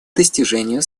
достижению